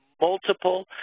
multiple